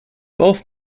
both